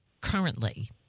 currently